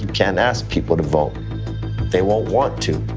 you can't ask people to vote they won't want to.